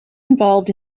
involved